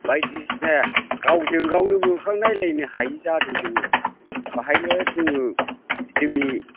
बायदिसिना गावजों गावनो मोखां नायलायनो हायि जादों जोङो बाहायनो जोङो जोंनि